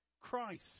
Christ